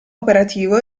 operativo